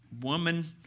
woman